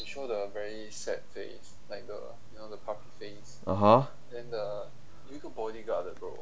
(uh huh)